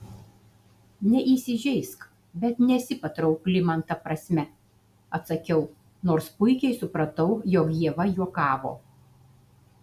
neįsižeisk bet nesi patraukli man ta prasme atsakiau nors puikiai supratau jog ieva juokavo